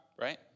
right